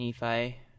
Nephi